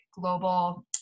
global